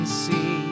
see